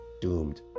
Doomed